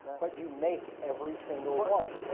but you make every single one.